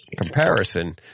comparison